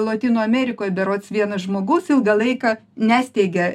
lotynų amerikoj berods vienas žmogus ilgą laiką nesteigia